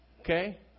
okay